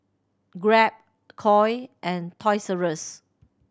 Grab Koi and Toys Rus